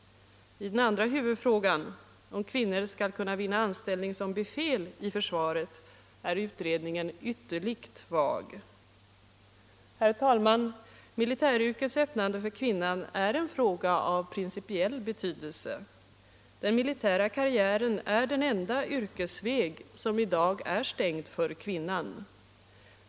I den andra huvudfrågan, om kvinnor skall kunna vinna anställning som befäl i försvaret, är utredningen ytterligt vag. Herr talman! Militäryrkets öppnande för kvinnan är en fråga av principiell betydelse. Den militära karriären är den enda yrkesväg som i dag är stängd för kvinnan.